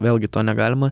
vėlgi to negalima